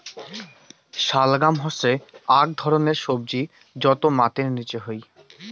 শালগাম হসে আক ধরণের সবজি যটো মাটির নিচে হই